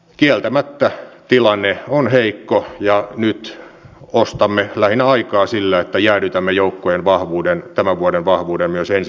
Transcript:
poliisin puuttuminen ja loistaminen poissaolollaan on ongelma josta viime viikolla saimme lukea lehdestä kun henkilö oli tehnyt ilmoituksen pikaisesta lastensuojelutarpeesta